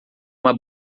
uma